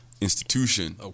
institution